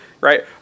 right